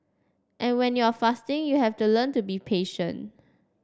and when you are fasting you have to learn to be patient